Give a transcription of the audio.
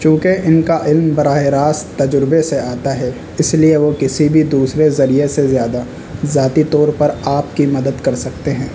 چونکہ ان کا علم براہ راست تجربے سے آتا ہے اس لیے وہ کسی بھی دوسرے ذریعے سے زیادہ ذاتی طور پر آپ کی مدد کر سکتے ہیں